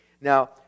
Now